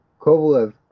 Kovalev